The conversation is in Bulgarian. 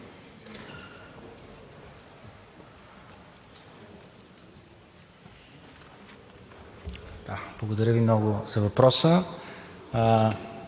Благодаря отново за въпроса.